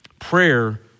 Prayer